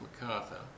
MacArthur